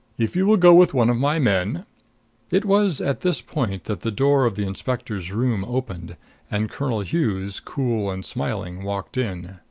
if you will go with one of my men it was at this point that the door of the inspector's room opened and colonel hughes, cool and smiling, walked in.